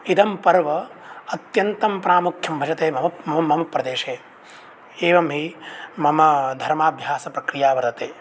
इदं पर्व अत्यन्तं प्रामुख्यं भजते मम मम प्रदेशे एवं हि मम धर्माभ्यासप्रक्रिया वर्तते